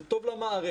זה טוב למערכת,